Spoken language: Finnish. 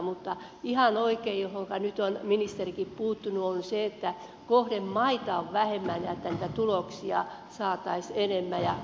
mutta ihan oikein mihinkä nyt on ministerikin puuttunut on se että kohdemaita on vähemmän ja että niitä tuloksia saataisiin enemmän